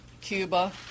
Cuba